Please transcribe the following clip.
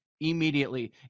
immediately